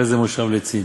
הרי זה מושב לצים,